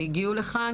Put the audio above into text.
שהגיעו לכאן.